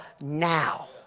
now